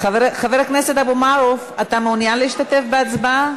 חבר הכנסת אבו מערוף, אתה מעוניין להשתתף בהצבעה?